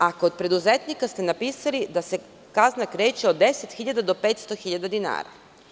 A kod preduzetnika ste napisali da se kazna kreće od 10.000 do 500.000 dinara.